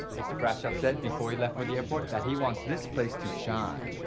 mr. brashov said before he left for the airport that he wants this place to shine.